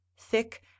thick